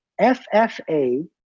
FFA